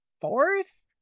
fourth